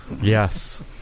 Yes